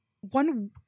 one